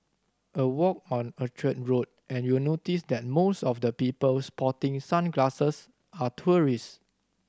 a walk on Orchard Road and you'll notice that most of the people sporting sunglasses are tourists